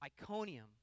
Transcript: Iconium